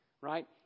right